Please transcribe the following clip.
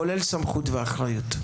כולל סמכות ואחריות?